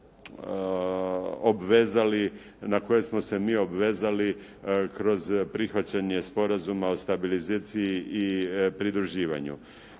na koje smo se mi obvezali kroz prihvaćanje Sporazuma o stabilizaciji i pridruživanju.